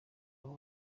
abo